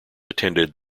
attended